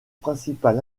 principal